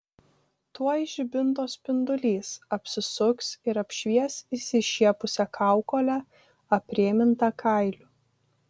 tuoj žibinto spindulys apsisuks ir apšvies išsišiepusią kaukolę aprėmintą kailiu